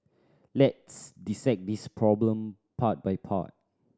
let's dissect this problem part by part